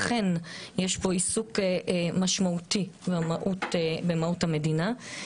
אכן יש פה עיסוק משמעותי במהות המדינה.